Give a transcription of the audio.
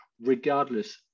regardless